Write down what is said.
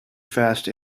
fast